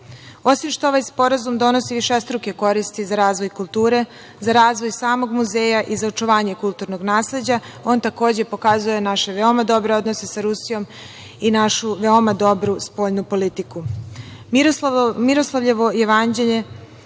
Osim što ovaj sporazum donosi višestruke koristi za razvoj kulture, za razvoj samog muzeja i za očuvanje kulturnog nasleđa, on takođe pokazuje naše veoma dobre odnose sa Rusijom i našu veoma dobru spoljnu